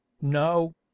No